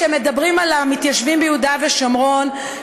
כשמדברים על המתיישבים ביהודה ושומרון,